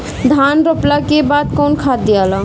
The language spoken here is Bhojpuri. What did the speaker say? धान रोपला के बाद कौन खाद दियाला?